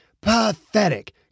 Pathetic